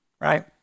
right